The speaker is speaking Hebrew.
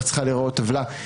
איך צריכה להיראות טבלה,